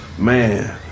Man